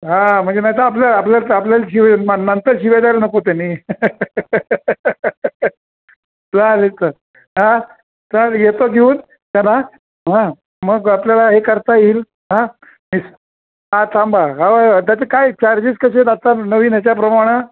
हा म्हणजे नाही तर आपल्या आपल्याला तर आपल्याला शि नंतर शिवाय द्यायला नको त्यांनी चालेल तर हा चालेल येतो येऊन त्याना हा मग आपल्याला हे करता येईल हा मस् हां थांबा हवं त्याचे काय चार्जेस कसे आता नवीन याच्याप्रमाणे